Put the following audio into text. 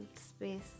space